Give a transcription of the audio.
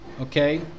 Okay